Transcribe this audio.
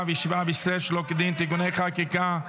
וישיבה בישראל שלא כדין (תיקוני חקיקה),